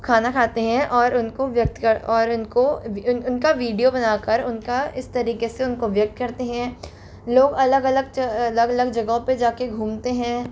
खाना खाते हैं और उनको व्यक्त कर और उनका वीडियो बनाकर उनका इस तरीके से उनको व्यक्त करते हैं लोग अलग अलग अलग अलग जगहों पे जा के घूमते हैं